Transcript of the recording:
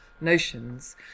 notions